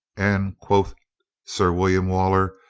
and, quoth sir william waller,